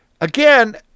again